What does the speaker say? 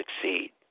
succeed